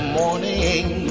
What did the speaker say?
morning